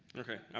okay, um